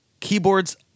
keyboards